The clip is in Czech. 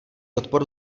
odpor